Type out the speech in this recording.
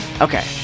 okay